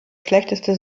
schlechteste